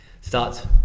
Starts